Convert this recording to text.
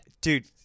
Dude